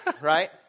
right